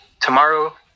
tomorrow